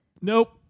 Nope